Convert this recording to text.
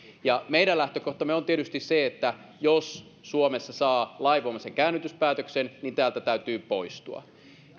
meidän lähtökohtamme on tietysti se että jos suomessa saa lainvoimaisen käännytyspäätöksen niin täältä täytyy poistua